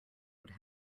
would